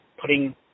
putting